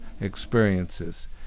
experiences